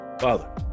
Father